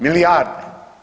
Milijarde.